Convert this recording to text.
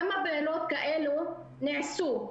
כמה פעולות כאלה נעשו?